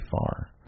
far